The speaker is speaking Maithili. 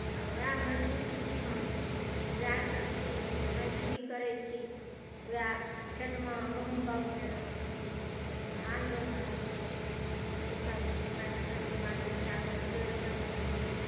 तऽ उएह मजदूर छी हम तऽ उएहसभ छी जे मजदूरी करैत छी उएह खेतमे गहुम बौग कयलहुँ धान रोपलहुँ ओसभ काटि खोँटि कऽ बाल बच्चाकेँ गुजर करेलहुँ